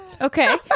Okay